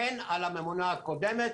האחריות נופלת אכן על הממונה הקודמת,